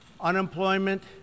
Unemployment